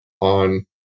on